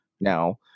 now